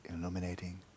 illuminating